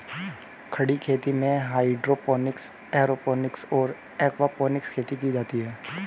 खड़ी खेती में हाइड्रोपोनिक्स, एयरोपोनिक्स और एक्वापोनिक्स खेती आती हैं